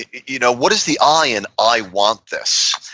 you know what is the i in i want this?